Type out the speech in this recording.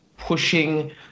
pushing